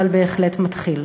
אבל בהחלט מתחיל.